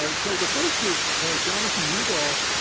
but so the first is jonathan yewdell